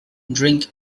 drink